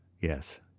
Yes